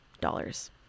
dollars